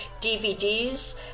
DVDs